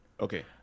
okay